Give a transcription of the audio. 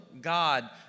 God